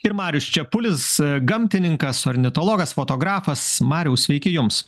ir marius čepulis gamtininkas ornitologas fotografas mariau sveiki jums